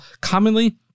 commonly